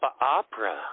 opera